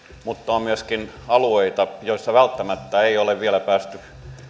mutta on myöskin alueita joilla välttämättä ei ole vielä päästy